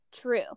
true